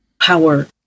power